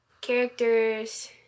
characters